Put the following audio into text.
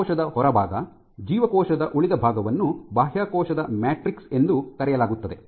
ಜೀವಕೋಶದ ಹೊರಭಾಗ ಜೀವಕೋಶದ ಉಳಿದ ಭಾಗವನ್ನು ಬಾಹ್ಯಕೋಶದ ಮ್ಯಾಟ್ರಿಕ್ಸ್ ಎಂದು ಕರೆಯಲಾಗುತ್ತದೆ